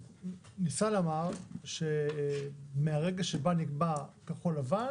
ניסה לומר שמהרגע שבה נקבע כחול לבן